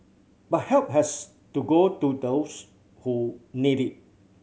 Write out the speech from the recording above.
but help has to go to those who need it